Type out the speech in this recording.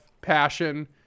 passion